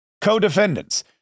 co-defendants